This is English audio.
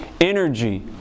energy